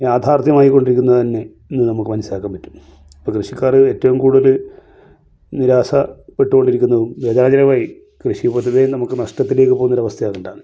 യാഥാർത്ഥ്യമായി കൊണ്ടിരിക്കുന്നത് തന്നെ എന്ന് നമുക്ക് മനസ്സിലാക്കാൻ പറ്റും അപ്പം കൃഷിക്കാർ ഏറ്റവും കൂടുതൽ നിരാശപ്പെട്ടു കൊണ്ടിരിക്കുന്നതും ഏകാഗ്രമായി കൃഷി മൊത്തത്തിലേ നമുക്ക് നഷ്ടത്തിലേക്ക് പോകുന്നൊരാവസ്ഥയാണ് ഉണ്ടാകുന്നത്